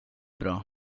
bra